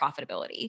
profitability